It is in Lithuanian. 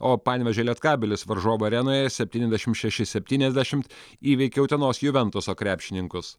o panevėžio lietkabelis varžovų arenoje septyniasdešim šeši septyniasdešimt įveikė utenos juventuso krepšininkus